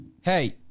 Hey